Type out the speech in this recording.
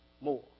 more